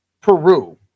Peru